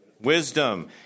Wisdom